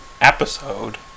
episode